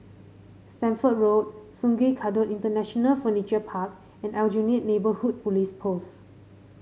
Stamford Road Sungei Kadut International Furniture Park and Aljunied Neighbourhood Police Post